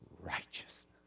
righteousness